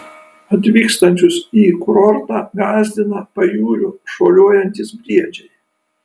atvykstančius į kurortą gąsdina pajūriu šuoliuojantys briedžiai